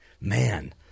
Man